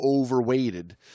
overweighted